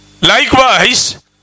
Likewise